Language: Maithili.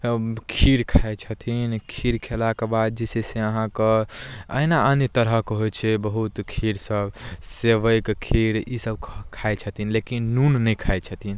खीर खाइ छथिन खीर खेलाके बाद जे छै से अहाँके अहिना अन्य तरहके होइ छै बहुत खीरसभ सेवइके खीर ईसभ खाइ छथिन लेकिन नून नहि खाइ छथिन